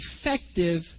effective